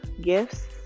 gifts